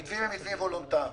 המתווים הם מתווים וולונטריים.